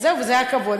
וזה היה כבוד.